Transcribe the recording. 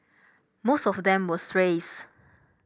most of them were strays